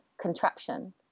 contraption